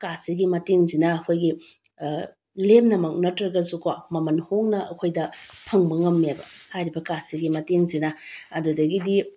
ꯀꯥꯔꯠꯁꯤꯒꯤ ꯃꯇꯦꯡꯁꯤꯅ ꯑꯩꯈꯣꯏꯒꯤ ꯂꯦꯝꯅꯃꯛ ꯅꯠꯇ꯭ꯔꯒꯁꯨꯀꯣ ꯃꯃꯜ ꯍꯣꯡꯅ ꯑꯩꯈꯣꯏꯗ ꯐꯪꯕ ꯉꯝꯃꯦꯕ ꯍꯥꯏꯔꯤꯕ ꯀꯥꯔꯠꯁꯤꯒꯤ ꯃꯇꯦꯡꯁꯤꯅ ꯑꯗꯨꯗꯒꯤꯗꯤ